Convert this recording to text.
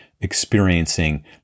experiencing